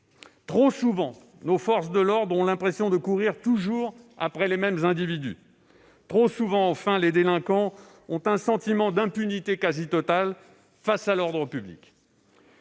Trop souvent, nos forces de l'ordre ont l'impression de courir toujours après les mêmes individus. Trop souvent, enfin, les délinquants ont un sentiment d'impunité quasi totale face à ceux qui